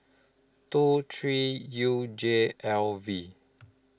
two three U J L V